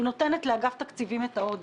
היא נותנת לאגף התקציבים את העודף.